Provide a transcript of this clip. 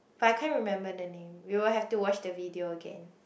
but I can't remember the name we will have to watch the video again